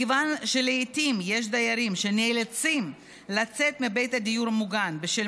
מכיוון שלעיתים יש דיירים שנאלצים לצאת מבית הדיור המוגן בשל